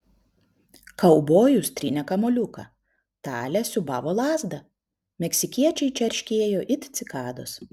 kaubojus trynė kamuoliuką talė siūbavo lazdą meksikiečiai čerškėjo it cikados